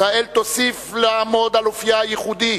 ישראל תוסיף לעמוד על אופיה הייחודי